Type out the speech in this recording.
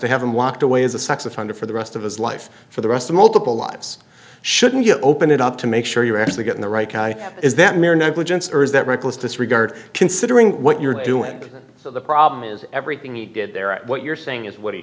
they haven't walked away as a sex offender for the rest of his life for the rest of multiple lives shouldn't you open it up to make sure you're actually getting the right guy is that near negligence or is that reckless disregard considering what you're doing so the problem is everything you did there at what you're saying is what he